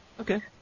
Okay